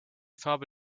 farbe